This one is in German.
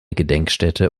gedenkstätte